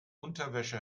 unterwäsche